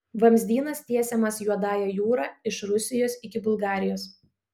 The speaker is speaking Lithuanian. vamzdynas tiesiamas juodąja jūra iš rusijos iki bulgarijos